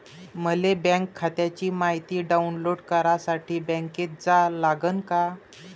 मले बँक खात्याची मायती डाऊनलोड करासाठी बँकेत जा लागन का?